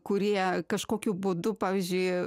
kurie kažkokiu būdu pavyzdžiui